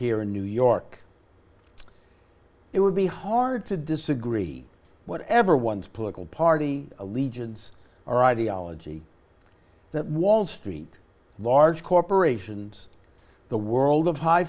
here in new york it would be hard to disagree whatever one's political party allegiance our ideology that wall street large corporations the world of high